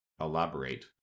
elaborate